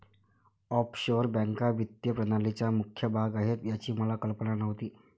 offshore बँका वित्तीय प्रणालीचा मुख्य भाग आहेत याची मला कल्पना नव्हती